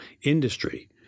industry